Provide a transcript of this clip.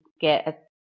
get